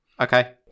Okay